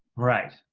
right.